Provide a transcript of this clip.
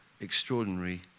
extraordinary